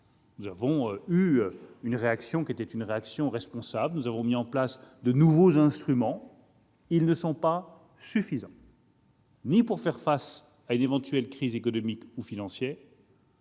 nous avons eu une réaction responsable, nous avons mis en place de nouveaux instruments, mais ceux-ci ne sont pas suffisants ni pour faire face à une éventuelle crise économique ou financière